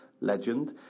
legend